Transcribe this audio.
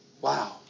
Wow